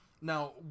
Now